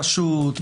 פשוט,